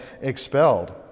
Expelled